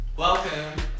Welcome